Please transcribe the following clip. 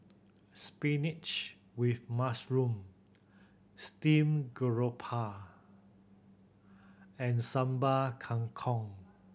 spinach with mushroom steamed garoupa and Sambal Kangkong